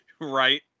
Right